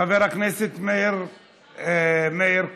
חבר הכנסת מאיר כהן,